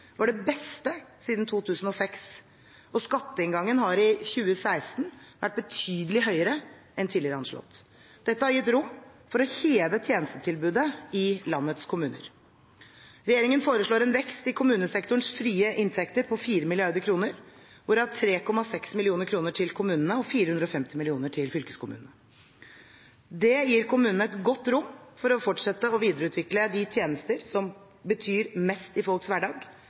var det beste siden 2006, og skatteinngangen har i 2016 vært betydelig høyere enn tidligere anslått. Dette har gitt rom for å heve tjenestetilbudet i landets kommuner. Regjeringen foreslår en vekst i kommunesektorens frie inntekter på 4 mrd. kr, hvorav 3,6 mrd. kr til kommunene og 450 mill. kr til fylkeskommunene. Det gir kommunene et godt rom for å fortsette å videreutvikle de tjenestene som betyr mest i folks hverdag